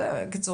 בקיצור,